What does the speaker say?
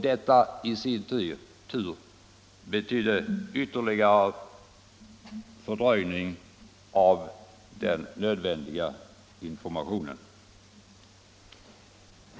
Detta i sin tur betyder ytterligare fördröjning av den nödvändiga informationen.